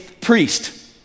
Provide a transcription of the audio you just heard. priest